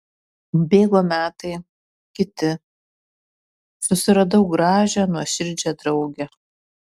bėgo metai kiti susiradau gražią nuoširdžią draugę